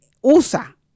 usa